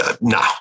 no